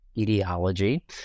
ideology